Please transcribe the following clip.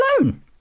alone